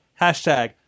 hashtag